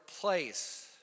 place